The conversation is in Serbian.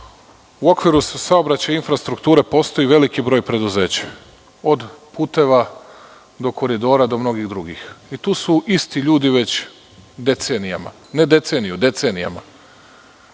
u okviru saobraćaja i infrastrukture postoji veliki broj preduzeća, od puteva do koridora, do mnogih drugih. Tu su isti ljudi već decenijama, ne deceniju, decenijama.